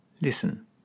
listen